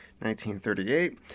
1938